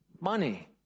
Money